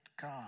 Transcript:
God